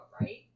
right